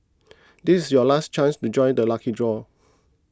this is your last chance to join the lucky draw